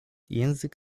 język